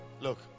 look